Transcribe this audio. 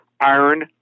Iron